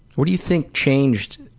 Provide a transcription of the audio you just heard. what do you think changed?